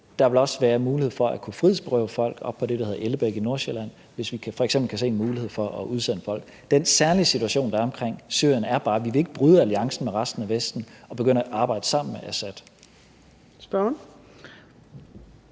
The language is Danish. der også være mulighed for at kunne frihedsberøve folk oppe på det, der hedder Ellebæk, i Nordsjælland, hvis vi f.eks. kan se en mulighed for at udsende folk. Den særlige situation, der er omkring Syrien, er bare, at vi ikke vil bryde alliancen med resten af Vesten og begynde at arbejde sammen med Assad. Kl.